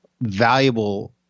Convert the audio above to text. valuable